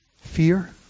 Fear